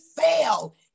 fail